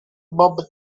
bob